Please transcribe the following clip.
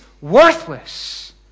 worthless